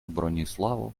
bronislavo